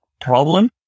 problem